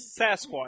Sasquatch